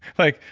like,